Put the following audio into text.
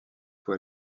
fois